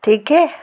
ठीक है